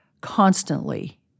constantly